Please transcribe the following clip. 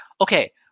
okay